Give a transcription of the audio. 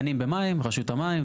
דנים במים רשות המים,